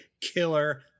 killer